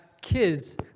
kids